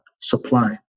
supply